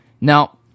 Now